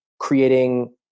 creating